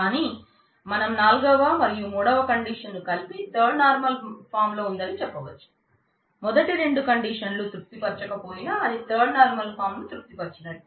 కాని మనం నాల్గవ మరియు మూడవ కండీషన్ను కలిపి థర్డ్ నార్మల్ ఫాం లో ఉందని చెప్పవచ్చు మొదటి రెండు కండీషన్లు తృప్తి పరచకపోయిన అది థర్డ్ నార్మల్ ఫాం ను తృప్తి పరిచినట్టే